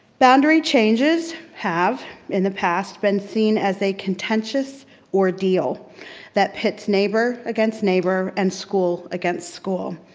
boundary changes have in the past been seen as they contentious ordeal that pits neighbor against neighbor and school against school.